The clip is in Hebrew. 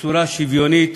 בצורה שוויונית